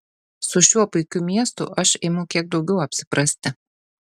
su šiuo puikiu miestu aš imu kiek daugiau apsiprasti